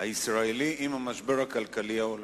הישראלי עם המשבר הכלכלי העולמי.